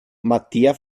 mattia